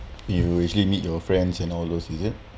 you usually meet your friends and all those is it